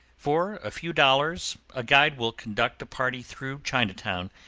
for a few dollars a guide will conduct a party through chinatown,